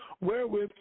wherewith